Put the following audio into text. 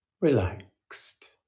Relaxed